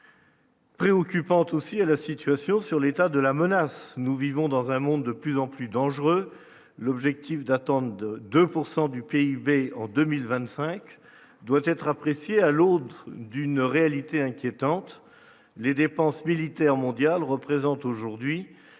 Préoccupante aussi à la situation sur l'état de la menace, nous vivons dans un monde de plus en plus dangereuses, l'objectif d'attente de 2 pourcent du PIB en 2025 doit être appréciée à l'autre d'une réalité inquiétante, les dépenses militaires mondiales représentent aujourd'hui